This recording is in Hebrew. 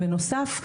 בנוסף,